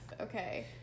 Okay